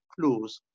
clues